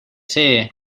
see